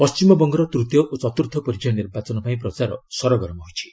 ପଶ୍ଚିମବଙ୍ଗର ତୂତୀୟ ଓ ଚତୁର୍ଥ ପର୍ଯ୍ୟାୟ ନିର୍ବାଚନ ପାଇଁ ପ୍ରଚାର ସରଗରମ ହୋଇଛି